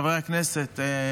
חברי הכנסת,